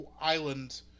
island